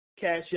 Cash